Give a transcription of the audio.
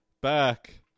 back